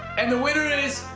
and the winner is.